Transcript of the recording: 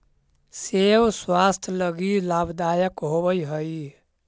सेब स्वास्थ्य के लगी लाभदायक होवऽ हई